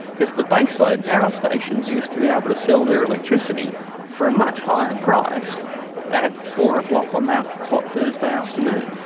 because the baseload power stations used to be able but to sell their electricity for a much higher price at four o'clock on that hot thursday afternoon.